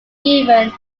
given